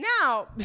now